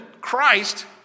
Christ